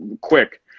quick